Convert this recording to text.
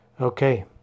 okay